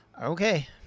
Okay